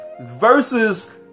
versus